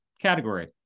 category